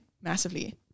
massively